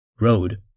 road